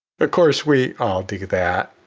but course, we all think of that,